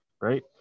right